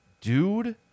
Dude